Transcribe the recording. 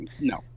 No